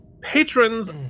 patrons